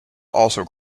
also